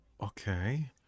Okay